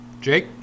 Jake